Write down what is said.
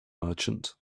merchant